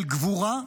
של גבורה,